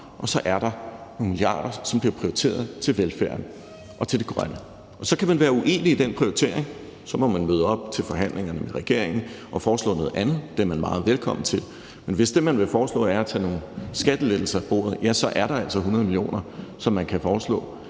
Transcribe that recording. og så er der nogle milliarder, som bliver prioriteret til velfærden og til det grønne. Så kan man være uenig i den prioritering. Så må man møde op til forhandlingerne med regeringen og foreslå noget andet. Det er man meget velkommen til. Men hvis det, man vil foreslå, er at tage nogle skattelettelser af bordet, så er der altså 100 mio. kr., som man kan foreslå